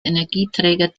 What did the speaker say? energieträger